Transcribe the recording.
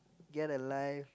get a life